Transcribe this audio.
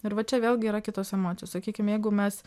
ir va čia vėlgi yra kitos emocijos sakykim jeigu mes